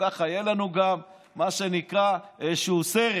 כך יהיה לנו גם מה שנקרא איזשהו סרט,